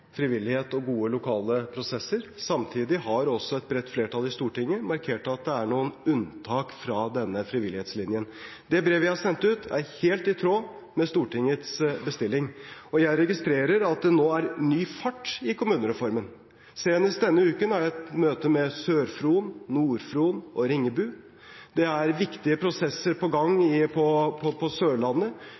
frivillighet og gode lokale prosesser. Samtidig har også et bredt flertall i Stortinget markert at det er noen unntak fra denne frivillighetslinjen. Brevet jeg har sendt ut, er helt i tråd med Stortingets bestilling. Jeg registrerer at det nå er ny fart i kommunereformen. Senest denne uken har jeg et møte med Sør-Fron, Nord-Fron og Ringebu. Det er viktige prosesser i gang på